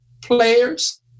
players